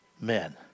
men